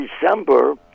December